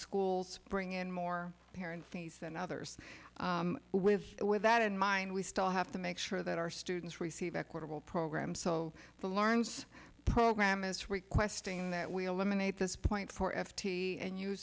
schools bring in more parents than others with it with that in mind we still have to make sure that our students receive equitable programs so the learns program is requesting that we eliminate this point for f t and